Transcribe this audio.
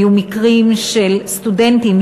היו מקרים של סטודנטים,